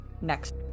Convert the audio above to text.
next